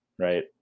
Right